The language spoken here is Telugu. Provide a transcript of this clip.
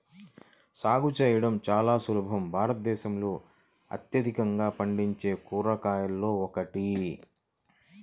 సాగు చేయడం చాలా సులభం భారతదేశంలో అత్యధికంగా పండించే కూరగాయలలో ఒకటి